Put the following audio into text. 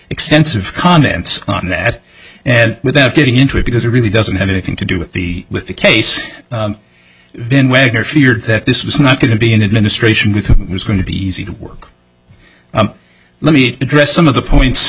extensive comments on that without getting into it because it really doesn't have anything to do with the with the case been wegner feared that this was not going to be an administration with was going to be easy to work let me address some of the points